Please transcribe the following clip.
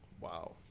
Wow